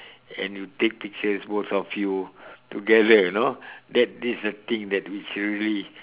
and you take pictures both of you together you know that this is the thing that it's really